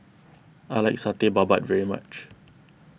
I like Satay Babat very much